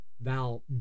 Val